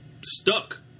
stuck